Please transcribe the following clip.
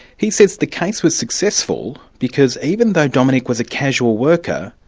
he says the case was successful because even though dominic was a casual worker,